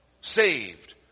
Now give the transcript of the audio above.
saved